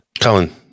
Colin